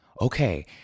Okay